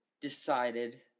decided